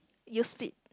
you split